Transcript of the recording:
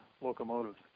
locomotives